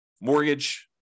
mortgage